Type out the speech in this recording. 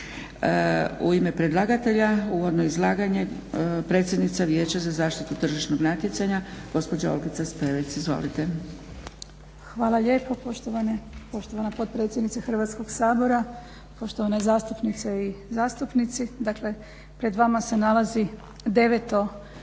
U ime predlagatelja uvodno izlaganje, predsjednica vijeća za zaštitu tržišnog natjecanja gospođa Olgica Spevec, izvolite. **Spevec, Olgica** Hvala lijepo poštovana potpredsjednice Hrvatskog sabora, poštovane zastupnice i zastupnici. Dakle pred vama se nalazi deveto